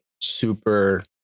super